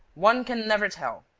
one can never tell.